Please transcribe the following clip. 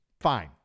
fine